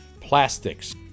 plastics